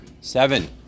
seven